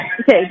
Okay